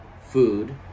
food